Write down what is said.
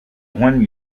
when